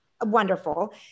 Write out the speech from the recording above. wonderful